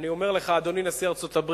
אני אומר לך, אדוני, נשיא ארצות-הברית,